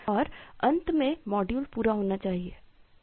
और अंत में मॉड्यूल पूरा होना चाहिए